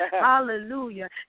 Hallelujah